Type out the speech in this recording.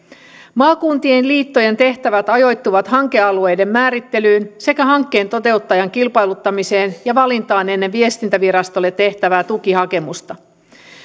maakuntien liittojen tehtävät ajoittuvat hankealueiden määrittelyyn sekä hankkeen toteuttajan kilpailuttamiseen ja valintaan ennen viestintävirastolle tehtävää tukihakemusta